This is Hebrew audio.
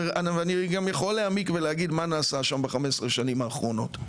ואני גם יכול להעמיק ולהגיד מה נעשה שם ב-15 השנים האחרונות.